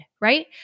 right